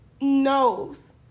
knows